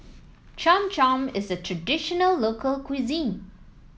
Cham Cham is a traditional local cuisine